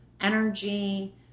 energy